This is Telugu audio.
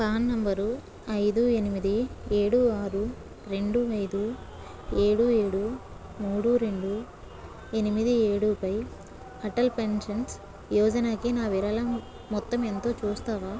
ప్రాన్ నంబరు ఐదు ఎనిమిది ఏడు ఆరు రెండు ఐదు ఏడు ఏడు మూడు రెండు ఎనిమిది ఏడుపై అటల్ పెన్షన్స్ యోజనాకి నా విరాళం మొత్తం ఎంతో చూస్తావా